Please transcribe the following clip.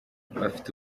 bafite